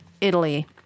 italy